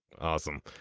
Awesome